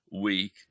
week